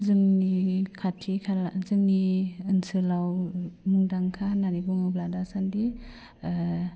जोंनि खाथि खाला जोंनि ओनसोलाव मुंदांखा होननानै बुङोब्ला दासान्दि ओह